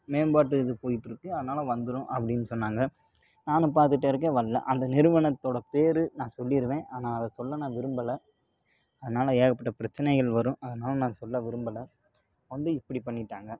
மேம்பாட்டு இது போய்ட்ருக்கு அதனால வந்துடும் அப்படின்னு சொன்னாங்க நானும் பார்த்துட்டே இருக்கேன் வரல அந்த நிறுவனத்தோட பேர் நான் சொல்லிடுவேன் ஆனால் அதை சொல்ல நான் விரும்பல அதனால ஏகப்பட்ட பிரச்சனைகள் வரும் அதனால் நான் சொல்ல விரும்பலை வந்து இப்படி பண்ணிட்டாங்க